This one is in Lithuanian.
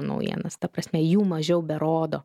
naujienas ta prasme jų mažiau berodo